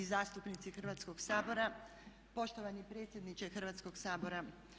i zastupnici Hrvatskog sabora, poštovani predsjedniče Hrvatskog sabora.